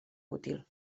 útil